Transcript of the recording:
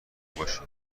باشیم